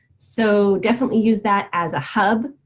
so definitely use that as a hub.